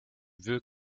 veux